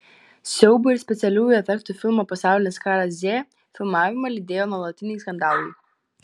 siaubo ir specialiųjų efektų filmo pasaulinis karas z filmavimą lydėjo nuolatiniai skandalai